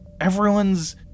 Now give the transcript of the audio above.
everyone's